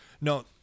No